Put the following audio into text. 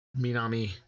Minami